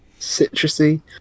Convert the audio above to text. citrusy